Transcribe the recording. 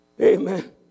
Amen